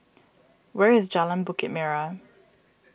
where is Jalan Bukit Merah